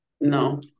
No